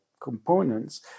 components